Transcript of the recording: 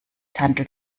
handelt